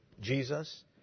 Jesus